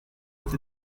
with